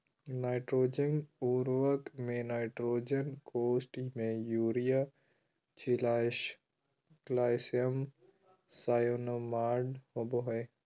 nitrogen उर्वरक में nitrogen कोष्ठ में यूरिया छियालिश कैल्शियम साइनामाईड होबा हइ